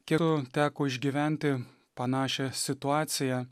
geru teko išgyventi panašią situaciją